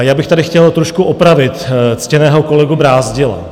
Já bych tady chtěl trošku opravit ctěného kolegu Brázdila.